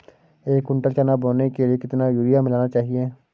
एक कुंटल चना बोने के लिए कितना यूरिया मिलाना चाहिये?